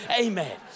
Amen